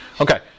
Okay